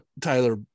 Tyler